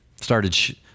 started